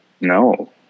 no